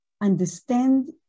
understand